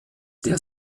der